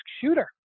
shooter